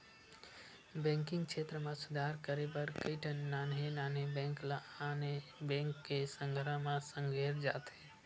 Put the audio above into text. banking छेत्र म सुधार करे बर कइठन नान्हे नान्हे बेंक ल आने बेंक के संघरा म संघेरे जाथे